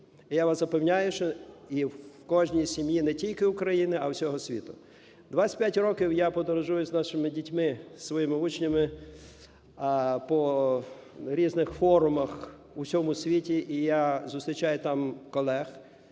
Я вас запевняю, що і в кожній сім'ї не тільки України, а всього світу. 25 років я подорожую з нашими дітьми, з своїми учнями по різних форумах в усьому світі, і я зустрічаю там колег,